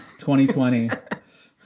2020